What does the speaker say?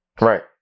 right